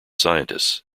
scientists